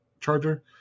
charger